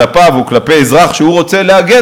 כלפיו או כלפי אזרח שעליו הוא רוצה להגן,